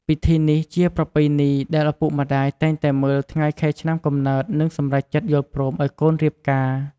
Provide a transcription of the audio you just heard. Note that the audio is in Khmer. ពិធីនេះជាប្រពែណីដែលឪពុកម្តាយតែងតែមើលថ្ងែ ខែ ឆ្នាំ កំំណើតនិងសម្រេចចិត្តយល់ព្រមអោយកូនរៀបការ។